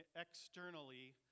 externally